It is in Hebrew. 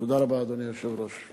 תודה רבה, אדוני היושב-ראש.